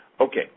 okay